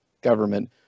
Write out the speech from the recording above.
government